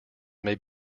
may